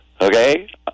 Okay